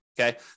okay